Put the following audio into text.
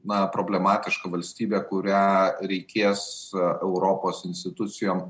na problematiška valstybe kurią reikės europos institucijom